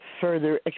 further